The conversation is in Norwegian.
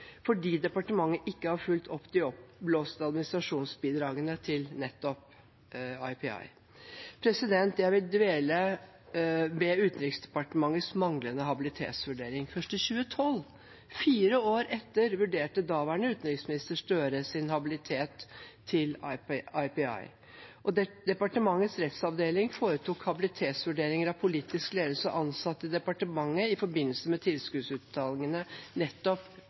fordi departementet ikke har fulgt opp de oppblåste administrasjonsbidragene til nettopp IPI. Jeg vil dvele ved Utenriksdepartementets manglende habilitetsvurdering. Først i 2012, fire år etter, vurderte daværende utenriksminister Støre sin habilitet til IPI. Departementets rettsavdeling foretok habilitetsvurderinger av politisk ledelse og ansatte i departementet i forbindelse med tilskuddsutbetalingene til nettopp